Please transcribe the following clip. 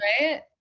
right